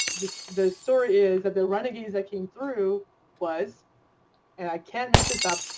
this this story is that the renegades that came through was and i can't make this up,